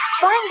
Find